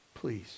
Please